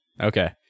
okay